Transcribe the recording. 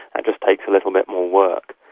just takes a little bit more work.